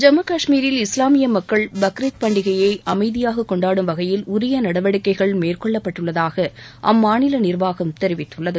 ஜம்மு கஷ்மீரில் இஸ்லாமிய மக்கள் பக்ரீத் பண்டிகையை அமைதியாக கொண்டாடும் வகையில் உரிய நடவடிக்கைகள் மேற்கொள்ளப்பட்டுள்ளதாக அம்மாநில நிர்வாகம் தெரிவித்துள்ளது